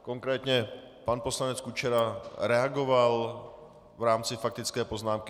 Konkrétně pan poslanec Kučera reagoval v rámci faktické poznámky.